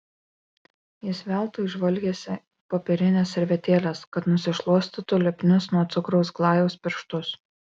jis veltui žvalgėsi popierinės servetėlės kad nusišluostytų lipnius nuo cukraus glajaus pirštus